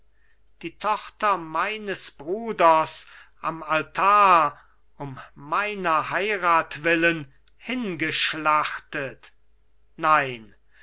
die tochter meines bruders am altar um meiner heirath willen hingeschlachtet nein